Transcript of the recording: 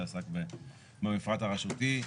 שעסק במפרט הרשותי.